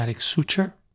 suture